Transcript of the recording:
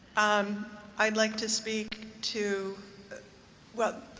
um i'd like to speak to well,